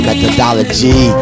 Methodology